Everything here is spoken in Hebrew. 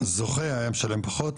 הזוכה היה משלם פחות?